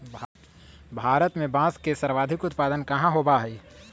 भारत में बांस के सर्वाधिक उत्पादन कहाँ होबा हई?